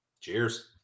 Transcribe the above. Cheers